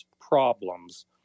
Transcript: problems